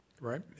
Right